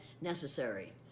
necessary